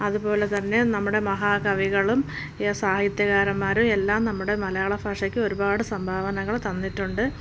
അതുപോലെതന്നെ നമ്മുടെ മഹാകവികളും സാഹിത്യകാരന്മാരും എല്ലാം നമ്മുടെ മലയാള ഭാഷയ്ക്ക് ഒരുപാട് സംഭാവനകൾ തന്നിട്ടുണ്ട്